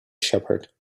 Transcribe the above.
shepherd